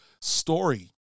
story